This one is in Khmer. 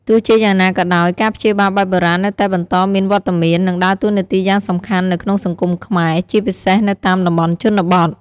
ទោះជាយ៉ាងណាក៏ដោយ ការព្យាបាលបែបបុរាណនៅតែបន្តមានវត្តមាន និងដើរតួនាទីយ៉ាងសំខាន់នៅក្នុងសង្គមខ្មែរ ជាពិសេសនៅតាមតំបន់ជនបទ។